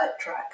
track